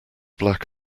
black